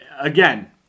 again